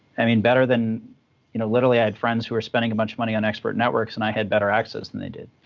i mean, better than you know literally i had friends who were spending a bunch of money on expert networks, and i had better access than they did.